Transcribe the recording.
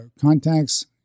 contacts